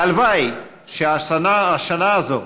הלוואי שהשנה הזאת,